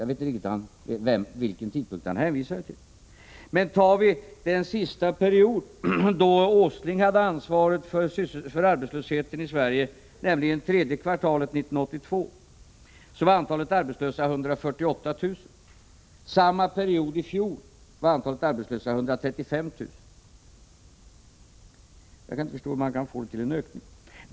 Jag vet inte riktigt vilken tidpunkt han hänvisar till. Tar vi som exempel den sista period då Åsling hade ansvaret för arbetslösheten i Sverige, nämligen tredje kvartalet 1982, finner vi att antalet arbetslösa var 148 000. Samma period i fjol var antalet arbetslösa 135 000. Jag kan inte förstå hur man kan få det till en ökning.